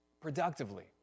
Productively